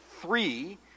three